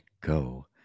go